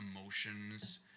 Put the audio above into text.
emotions